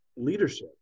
leadership